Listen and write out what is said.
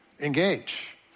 Engage